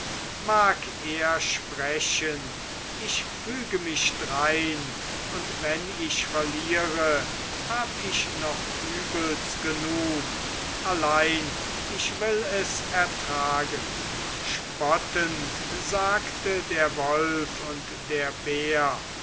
mag er sprechen ich füge mich drein und wenn ich verliere hab ich noch übels genug allein ich will es ertragen spottend sagte der wolf und der bär